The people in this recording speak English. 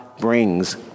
brings